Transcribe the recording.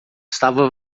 estava